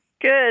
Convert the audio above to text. Good